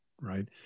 right